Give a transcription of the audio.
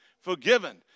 forgiven